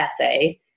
essay